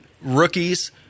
rookies